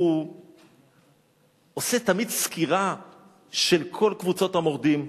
הוא עושה תמיד סקירה של כל קבוצות המורדים,